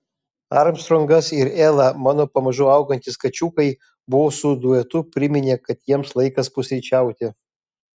armstrongas ir ela mano pamažu augantys kačiukai bosų duetu priminė kad jiems laikas pusryčiauti